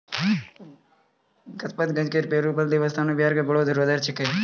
गणपतगंज के पेरूमल देवस्थान बिहार के बड़ो धरोहर छिकै